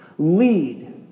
Lead